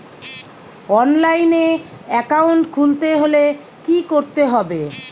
অনলাইনে একাউন্ট খুলতে হলে কি করতে হবে?